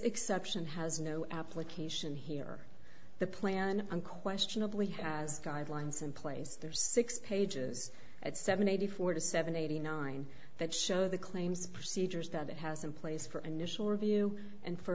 exception has no application here the plan unquestionably has guidelines in place there six pages at seven eighty four to seven eighty nine that show the claims procedures that it has in place for initial review and for